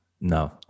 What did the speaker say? No